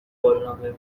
قولنامه